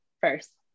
first